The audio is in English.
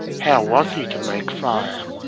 how was he to make fire?